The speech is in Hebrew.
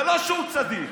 זה לא שהוא צדיק,